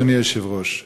אדוני היושב-ראש,